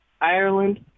Ireland